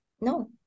No